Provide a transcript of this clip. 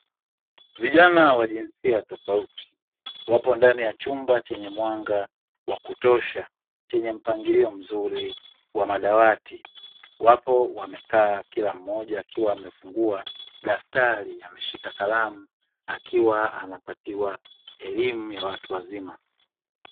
Vijana wa jinsia tofauti wapo ndani ya chumba chenye mwanga wa kutosha chenye mpangilio mzuri wa madawati. Wapo wamekaa kila mmoja akiwa amefungua daftari ameshika kalamu, akiwa anapatiwa elimu ya watu wazima.